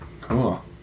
cool